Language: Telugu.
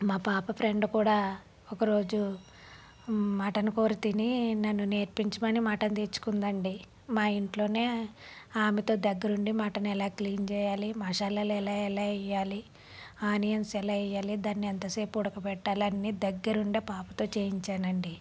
మా పాప ఫ్రెండ్ కూడా ఒక రోజు మటన్ కూర తిని నన్ను నేర్పించమని మటన్ తెచ్చుకుందండి మా ఇంట్లోనే ఆమెతో దగ్గరుండి మటన్ ఎలా క్లీన్ చేయాలి మసాలాలు ఎలా ఎలా వెయ్యాలి ఆనియన్స్ ఎలా వెయ్యాలి దాన్ని ఎంతసేపు ఉడక పెట్టాలని దగ్గరుండి ఆ పాపతో చేయించానండి